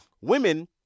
Women